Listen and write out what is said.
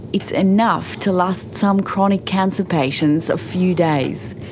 it's enough to last some chronic cancer patients a few days.